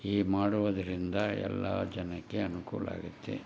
ಹೀಗೆ ಮಾಡೋದರಿಂದ ಎಲ್ಲಾ ಜನಕ್ಕೆ ಅನುಕೂಲ ಆಗುತ್ತೆ